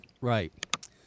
Right